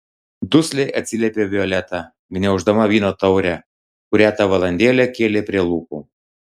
dusliai atsiliepė violeta gniauždama vyno taurę kurią tą valandėlę kėlė prie lūpų